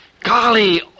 Golly